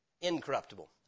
incorruptible